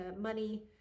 money